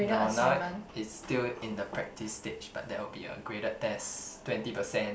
no now it's still in the practice stage but there will be a graded test twenty percent